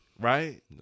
Right